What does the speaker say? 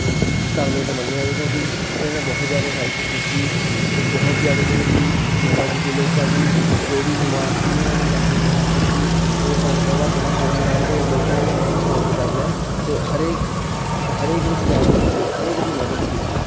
ਅ ਧਾਰਮਿਕ ਮੰਨਿਆ ਜੀ ਕਿਉਂਕਿ ਇਹਨਾਂ ਨੇ ਬਹੁਤ ਜ਼ਿਆਦਾ ਹੈਲਪ ਕੀਤੀ ਅਤੇ ਬਹੁਤ ਜ਼ਿਆਦਾ ਜਾਣੀ ਕਿ ਸੇਵਾ ਕੀਤੀ ਲੋਕਾਂ ਦੀ ਜੋ ਵੀ ਬਿਮਾਰ ਸੀ ਉਹਨਾਂ ਦੀ ਕਾਫੀ ਸੇਵਾ ਕੀਤੀ ਅਤੇ ਸੰਸਥਾਵਾਂ ਬਹੁਤ ਵਧੀਆ ਹਨ ਅਤੇ ਲੋਕ ਇਹਨਾਂ ਨੂੰ ਬਹੁਤ ਪ੍ਰਭਾਵਿਤ ਕਰਦੇ ਹਨ ਅਤੇ ਹਰੇਕ ਹ ਹਰੇਕ ਵਿੱਚ ਜਾ ਕੇ ਇੰਨੀ ਹਰੇਕ ਦੀ ਮਦਦ ਕੀਤੀ